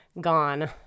gone